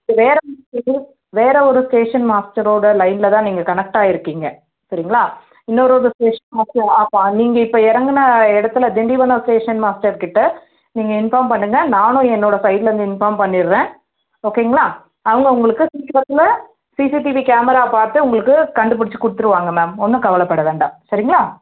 வேறு ஒரு ஒருத்தர் வேறு ஒரு ஸ்டேஷன் மாஸ்டரோடய லைனில் தான் நீங்கள் கனெக்ட் ஆகிருக்கிங்க சரிங்களா இன்னொரு ஒரு ஸ்டேஷன் மாஸ்டர் அப்போ நீங்கள் இப்போ இறங்குன இடத்துல திண்டிவனம் ஸ்டேஷன் மாஸ்டர் கிட்டே நீங்கள் இன்ஃபார்ம் பண்ணுங்க நானும் என்னோடய சைடிலேருந்து இன்ஃபார்ம் பண்ணிவிட்றேன் ஓகேங்களா அவங்க உங்களுக்கு சீக்கிரத்தில் சிசிடிவி கேமரா பார்த்து உங்களுக்கு கண்டுபிடிச்சி கொடுத்துருவாங்க மேம் ஒன்றும் கவலைப்பட வேண்டாம் சரிங்களா